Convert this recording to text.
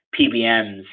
pbms